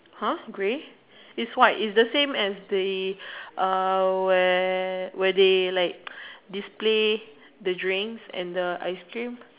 !huh! grey is white is the same as the uh where where they like display the drinks and the ice cream